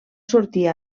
sortir